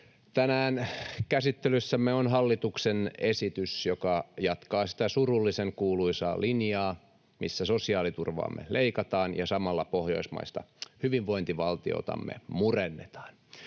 Tänään käsittelyssämme on hallituksen esitys, joka jatkaa sitä surullisenkuuluisaa linjaa, missä sosiaaliturvaamme leikataan ja samalla pohjoismaista hyvinvointivaltiotamme murennetaan.